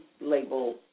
label